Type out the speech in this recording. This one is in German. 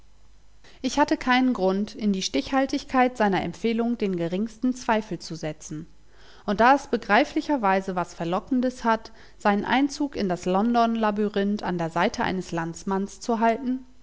ich hatte keinen grund in die stichhaltigkeit seiner empfehlung den geringsten zweifel zu setzen und da es begreiflicherweise was verlockendes hat seinen einzug in das london labyrinth an der seite eines landsmanns zu halten